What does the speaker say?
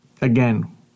Again